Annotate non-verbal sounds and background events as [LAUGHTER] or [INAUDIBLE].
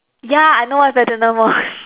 ya I know what is Platinum Mall [LAUGHS]